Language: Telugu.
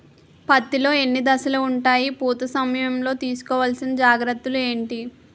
పత్తి లో ఎన్ని దశలు ఉంటాయి? పూత సమయం లో తీసుకోవల్సిన జాగ్రత్తలు ఏంటి?